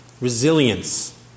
Resilience